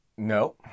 No